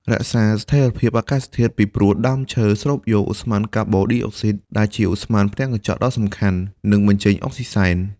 រក្សាស្ថិរភាពអាកាសធាតុពីព្រោះ ដើមឈើស្រូបយកឧស្ម័នកាបូនឌីអុកស៊ីត ដែលជាឧស្ម័នផ្ទះកញ្ចក់ដ៏សំខាន់ និងបញ្ចេញអុកស៊ីសែន។